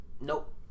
Nope